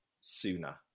sooner